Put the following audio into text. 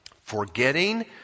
Forgetting